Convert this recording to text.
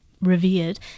revered